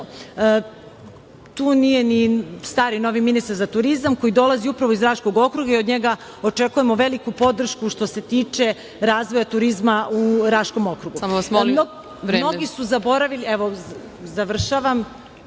Tu, nije ni stari, novi ministar za turizam koji dolazi upravo iz Raškog okruga i od njega očekujemo veliku podršku što se tiče razvoja turizma u Raškom okrugu.(Predsedavajuća: Samo vas